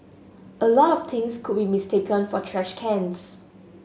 a lot of things could be mistaken for trash cans